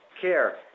care